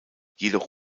jedoch